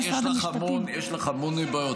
יש לך המון בעיות.